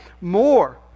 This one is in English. more